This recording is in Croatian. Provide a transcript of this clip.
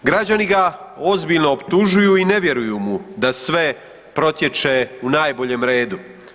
Građani ga ozbiljno optužuju i ne vjeruju mu da sve protječe u najboljem redu.